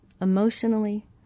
emotionally